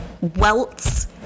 welts